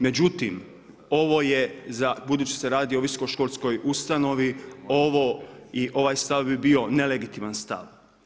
Međutim, ovo je, budući da se radi o visokoj školskoj ustanovi, ovo i ovaj stav bi bio nelegitimni stav.